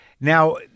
Now